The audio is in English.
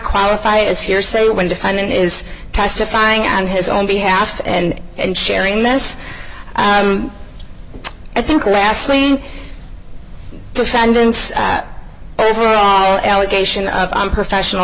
qualify as hearsay when defining is testifying on his own behalf and and sharing this i think lastly defendants that overall allegation of unprofessional